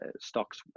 stocks